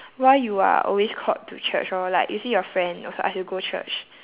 why you are always called to church lor like you see your friend also ask you go church